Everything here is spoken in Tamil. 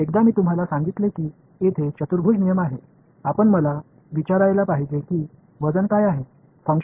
எனவே ஒரு முறை நான் இங்கே ஒரு குவாடுரேசா் விதி என்று நான் உங்களிடம் சொன்னால் நீங்கள் எடைகள்செயல்பாடு மதிப்பீட்டு புள்ளிகள் என்ன